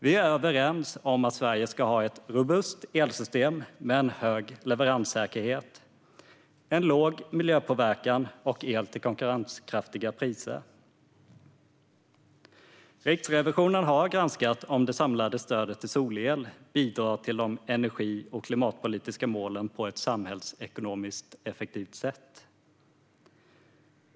Vi är överens om att Sverige ska ha ett robust elsystem med hög leveranssäkerhet, låg miljöpåverkan och el till konkurrenskraftiga priser. Riksrevisionen har granskat om det samlade stödet till solel bidrar till de energi och klimatpolitiska målen på ett samhällsekonomiskt effektivt sätt.